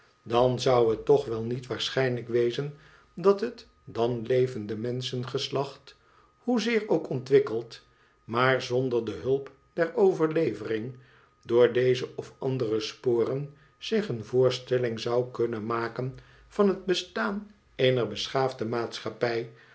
dan zou het toch wel niot waarschijnlijk wezen dat het dan levende menschengoslacht hoezeer ook ontwikkeld maar zonder de hulp der overlevering door deze of andere sporen zich een voorstelling zou kunnen maken van het bestaan eener beschaafde maatschappij